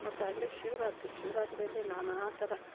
ಮತ್ತು ಹಂಗೆ ಶಿವರಾತ್ರಿ ಶಿವರಾತ್ರಿಯಲ್ಲಿ ನಾನಾ ಥರ